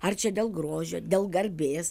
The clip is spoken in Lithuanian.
ar čia dėl grožio dėl garbės